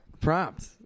Prompt